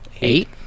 Eight